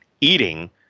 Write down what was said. eating